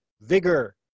vigor